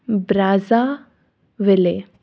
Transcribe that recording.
Brazzaville